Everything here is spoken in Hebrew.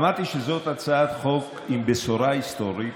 אמרתי שזאת הצעת חוק עם בשורה היסטורית